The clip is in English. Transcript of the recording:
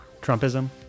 Trumpism